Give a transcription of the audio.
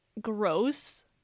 gross